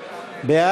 התחבורה,